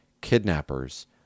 kidnappers